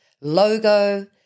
logo